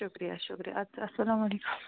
شُکریہ شُکریہ اَسلام اَسلام عَلیکُم